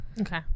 Okay